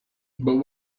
but